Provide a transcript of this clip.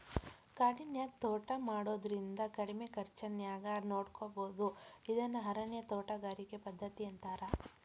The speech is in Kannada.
ಕಾಡಿನ್ಯಾಗ ತೋಟಾ ಮಾಡೋದ್ರಿಂದ ಕಡಿಮಿ ಖರ್ಚಾನ್ಯಾಗ ನೋಡ್ಕೋಬೋದು ಇದನ್ನ ಅರಣ್ಯ ತೋಟಗಾರಿಕೆ ಪದ್ಧತಿ ಅಂತಾರ